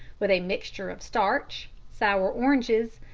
with a mixture of starch, sour oranges,